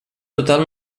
total